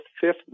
fifth